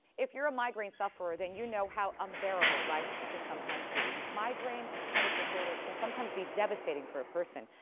if you're a migraine sufferer then you know how unbearable life can sometimes be. migraine and headache disorders can sometimes be devestating for a person,